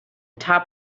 top